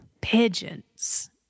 Pigeons